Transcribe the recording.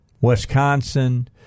Wisconsin